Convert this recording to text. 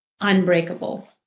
unbreakable